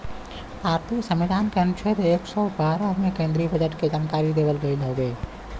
भारतीय संविधान के अनुच्छेद एक सौ बारह में केन्द्रीय बजट के जानकारी देवल गयल हउवे